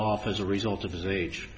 off as a result of his age